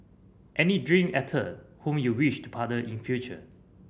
any dream actor whom you wish to partner in future